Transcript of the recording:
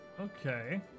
Okay